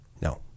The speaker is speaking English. No